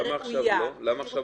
למה עכשיו לא?